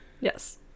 Yes